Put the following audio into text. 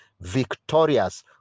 victorious